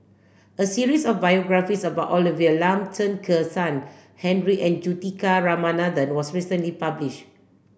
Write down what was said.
a series of biographies about Olivia Lum Chen Kezhan Henri and Juthika Ramanathan was recently publish